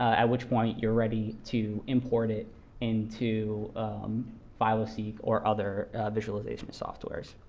at which point you're ready to import it into phyloseq or other visualization softwares.